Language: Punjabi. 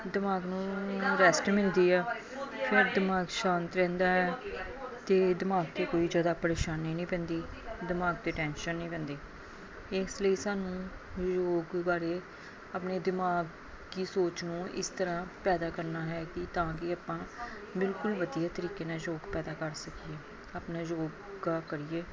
ਦਿਮਾਗ ਨੂੰ ਰੈਸਟ ਮਿਲਦੀ ਆ ਫਿਰ ਦਿਮਾਗ ਸ਼ਾਂਤ ਰਹਿੰਦਾ ਹੈ ਅਤੇ ਦਿਮਾਗ 'ਤੇ ਕੋਈ ਜ਼ਿਆਦਾ ਪਰੇਸ਼ਾਨੀ ਨਹੀਂ ਪੈਂਦੀ ਦਿਮਾਗ 'ਤੇ ਟੈਨਸ਼ਨ ਨਹੀਂ ਪੈਂਦੀ ਇਸ ਲਈ ਸਾਨੂੰ ਯੋਗ ਬਾਰੇ ਆਪਣੇ ਦਿਮਾਗੀ ਸੋਚ ਨੂੰ ਇਸ ਤਰ੍ਹਾਂ ਪੈਦਾ ਕਰਨਾ ਹੈ ਕਿ ਤਾਂ ਕਿ ਆਪਾਂ ਬਿਲਕੁਲ ਵਧੀਆ ਤਰੀਕੇ ਨਾਲ ਯੋਗ ਪੈਦਾ ਕਰ ਸਕੀਏ ਆਪਣਾ ਯੋਗਾ ਕਰੀਏ